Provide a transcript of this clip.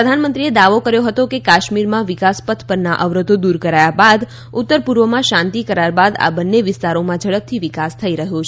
પ્રધાનમંત્રીએ દાવો કર્યો હતો કે કાશ્મીરમાં વિકાસ પથ પરના અવરોધો દૂર કરાયા બાદ તથા ઉત્તર પૂર્વમાં શાંતિ કરાર બાદ આ બંને વિસ્તારોમાં ઝડપથી વિકાસ થઈ રહ્યો છે